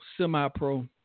semi-pro